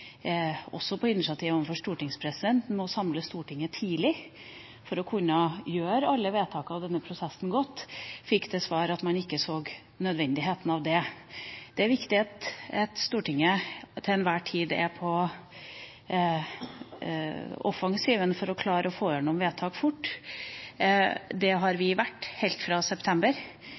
Også på et initiativ overfor stortingspresidenten om å samle Stortinget tidlig for å kunne gjøre alle vedtakene og denne prosessen godt, fikk man til svar at man ikke så nødvendigheten av det. Det er viktig at Stortinget til enhver tid er på offensiven for å klare å få gjennom vedtak fort. Det har